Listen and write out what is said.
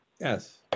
Yes